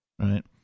right